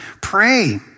Pray